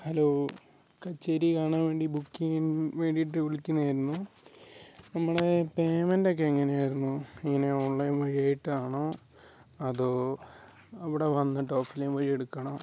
hello കച്ചേരി കാണാൻ വേണ്ടി ബുക്കിങ്ങിന് വേണ്ടീട്ട് വിളിക്കുന്നായിരുന്നു നമ്മൾ പേയ്മെന്റോക്കെ എങ്ങനെയായിരുന്നു ഇങ്ങനെ ഓൺലൈൻ വഴിയായിട്ടാണോ അതോ അവിടെ വന്നിട്ട് ഓഫ്ലൈൻ വഴി അടയ്ക്കണോ